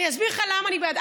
אני אסביר לך למה אני בעד.